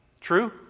True